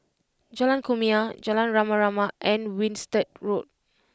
Jalan Kumia Jalan Rama Rama and Winstedt Road